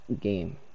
game